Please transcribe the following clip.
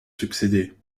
succédé